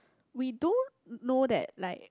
we don't know that like